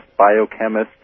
biochemists